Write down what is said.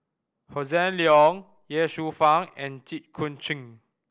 Hossan Leong Ye Shufang and Jit Koon Ch'ng